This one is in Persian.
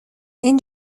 این